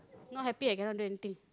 not happy I cannot do anything